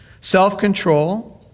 self-control